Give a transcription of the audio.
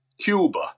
cuba